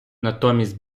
натомість